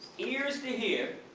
ears to hear,